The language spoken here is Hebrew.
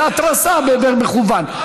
זו התרסה במכוון.